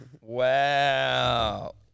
Wow